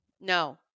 No